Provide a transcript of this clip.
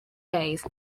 days